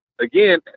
again